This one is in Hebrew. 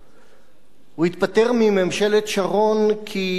הוא התפטר מממשלת שרון כי זו,